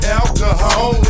alcohol